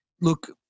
Look